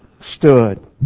stood